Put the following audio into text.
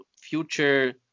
future